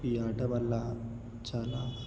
ఈ ఆట వల్ల చాలా